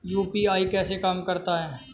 UPI कैसे काम करता है?